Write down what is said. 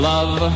Love